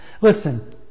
listen